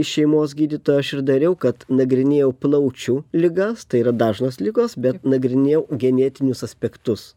iš šeimos gydytojo aš ir dariau kad nagrinėjau plaučių ligas tai yra dažnos ligos bet nagrinėjau genetinius aspektus